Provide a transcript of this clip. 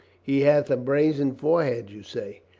he hath a brazen forehead, you say?